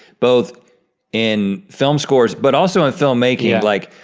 both in film scores but also in filmmaking, like,